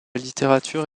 littérature